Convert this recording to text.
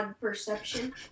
perception